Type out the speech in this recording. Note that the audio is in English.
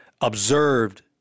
observed